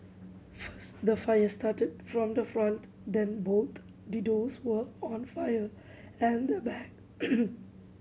first the fire started from the front then both the doors were on fire and the back